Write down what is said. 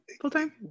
full-time